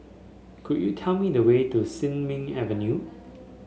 could you tell me the way to Sin Ming Avenue